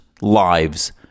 lives